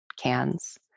cans